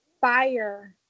fire